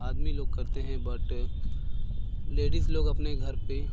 आदमी लोग करते हैं बट लेडीज़ लोग अपने घर पर